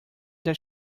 that